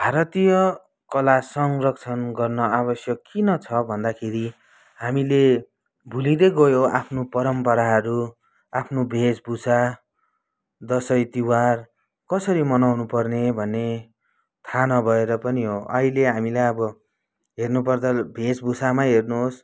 भारतीय कला संरक्षण गर्न आवश्यक किन छ भन्दाखेरि हामीले भुलिँदै गयौँ आफ्नो परम्पराहरू आफ्नो वेशभूषा दसैँ तिहार कसरी मनाउनुपर्ने भन्ने थाहा नभएर पनि हो अहिले हामीलाई अब हेर्नुपर्दा वेशभूषामै हेर्नुहोस्